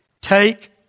Take